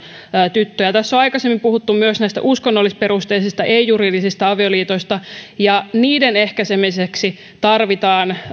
tyttöjä tässä on aikaisemmin puhuttu myös uskonnollisperusteisista ei juridisista avioliitoista ja niiden ehkäisemiseksi tarvitaan